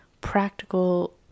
practical